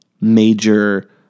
major